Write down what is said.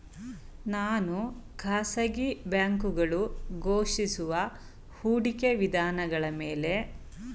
ನಾನು ಖಾಸಗಿ ಬ್ಯಾಂಕುಗಳು ಘೋಷಿಸುವ ಹೂಡಿಕೆ ವಿಧಾನಗಳ ಮೇಲೆ ನಂಬಿಕೆ ಇಡಬಹುದೇ?